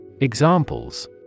Examples